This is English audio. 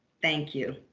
thank you!